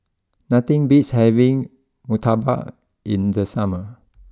nothing beats having Murtabak in the summer